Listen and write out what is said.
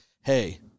hey